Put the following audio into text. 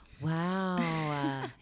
Wow